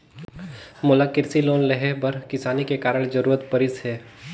मोला कृसि लोन लेहे बर किसानी के कारण जरूरत परिस हे